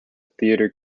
theater